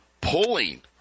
pulling